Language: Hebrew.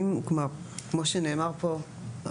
כמו שנאמר פה,